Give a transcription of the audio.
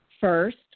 First